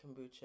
kombucha